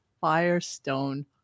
Firestone